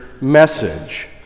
message